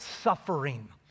suffering